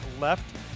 left